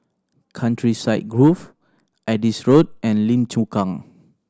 Countryside Grove Adis Road and Lim Chu Kang